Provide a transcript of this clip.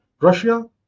Russia